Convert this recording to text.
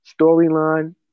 storyline